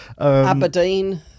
Aberdeen